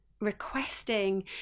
requesting